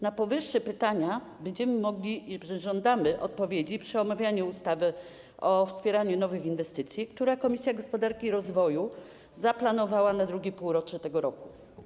Na powyższe pytania będziemy żądali odpowiedzi przy omawianiu ustawy o wspieraniu nowych inwestycji, które Komisja Gospodarki i Rozwoju zaplanowała na drugie półrocze tego roku.